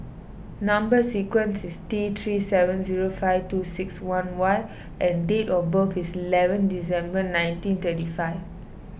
Number Sequence is T three seven zero five two six one Y and date of birth is eleven December nineteen thirty five